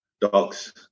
Dogs